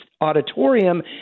auditorium